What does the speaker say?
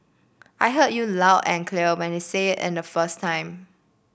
I heard you loud and clear when you said it the first time